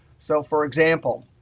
so, for example,